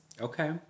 Okay